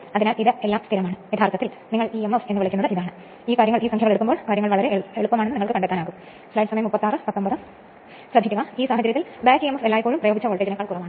അതിനാൽ ആ സമയത്ത് പരീക്ഷണശാലയിൽ പരീക്ഷണം നടത്തുമ്പോൾ ഇത് കാണാൻ കഴിയും പക്ഷേ ആദ്യ വർഷത്തിലെ അതേ പരീക്ഷണം നടത്തുമോ ഇല്ലയോ എന്ന് എനിക്ക് ഉറപ്പില്ല